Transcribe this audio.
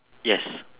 yes